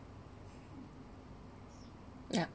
ya